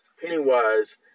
pennywise